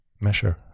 measure